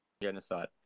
Genocide